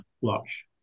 watch